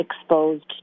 exposed